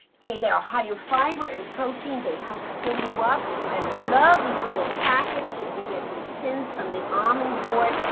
they they are high fiber and protein. they help fill you up. i love these little packets. you can get these tins from the almond board.